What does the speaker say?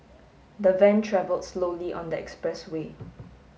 the van travel slowly on the expressway